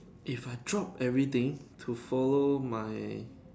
if I drop everything to follow my